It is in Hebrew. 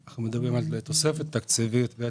אנחנו סבורים שבהעדר אפשרות לשלם פיצויים ישירים על